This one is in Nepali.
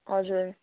हजुर